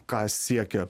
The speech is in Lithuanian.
ką siekia